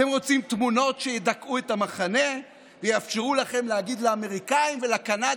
אתם רוצים תמונות שידכאו את המחנה ויאפשרו לכם להגיד לאמריקאים ולקנדים,